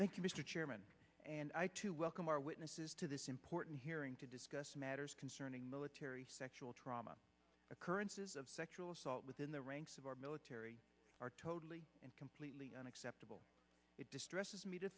mr chairman and welcome our witnesses to this important hearing to discuss matters concerning military sexual trauma occurrences of sexual assault within the ranks of our military are totally and completely unacceptable it distresses me to